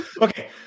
Okay